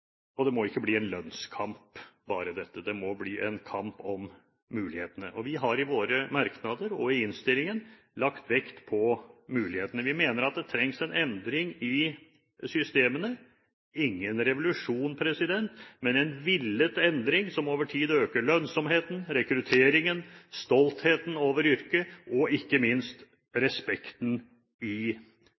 borte. Dette må ikke bare bli en lønnskamp. Det må bli en kamp om mulighetene. Vi har i våre merknader i innstillingen lagt vekt på mulighetene. Vi mener at det trengs en endring i systemene – ingen revolusjon, men en villet endring som over tid øker lønnsomheten, rekrutteringen, stoltheten over yrket og ikke minst respekten i